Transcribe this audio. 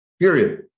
Period